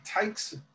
takes